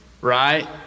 right